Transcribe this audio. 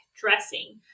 dressing